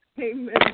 Amen